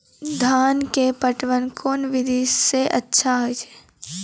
धान के पटवन कोन विधि सै अच्छा होय छै?